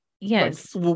Yes